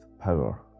power